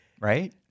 Right